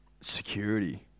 Security